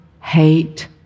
hate